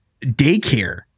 daycare